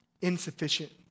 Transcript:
insufficient